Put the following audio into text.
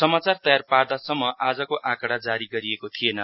समाचार तयार पर्दासम्म आजको आँकडा जारी गरिएको थिएन